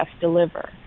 deliver